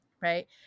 Right